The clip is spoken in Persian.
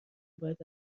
باید